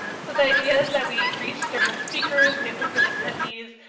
so the idea is that we reach different speakers, we have different attendees,